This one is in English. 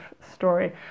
story